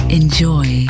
enjoy